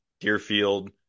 Deerfield